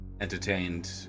entertained